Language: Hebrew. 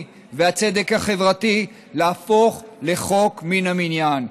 והצדק החברתי להפוך לחוק מן המניין.